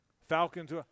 Falcons